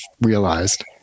realized